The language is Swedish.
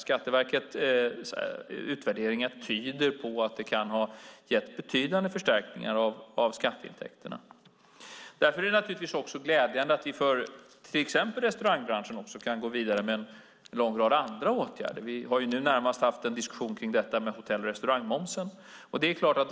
Skatteverkets utvärdering tyder på att det kan ha gett betydande förstärkningar av skatteintäkterna. Därför är det naturligtvis också glädjande att vi för till exempel restaurangbranschen kan gå vidare med en lång rad andra åtgärder. Vi har närmast haft en diskussion om hotell och restaurangmomsen.